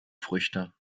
früchte